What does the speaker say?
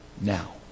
now